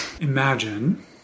Imagine